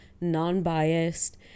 non-biased